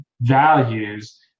values